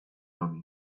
robi